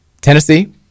Tennessee